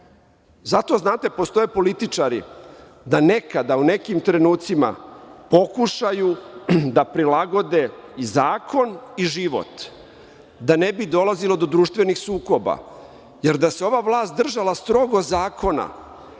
znate, postoje političari da nekada u nekim trenucima pokušaju da prilagode i zakon i život, da ne bi dolazilo do društvenih sukoba, jer da se ova vlast držala strogo zakona,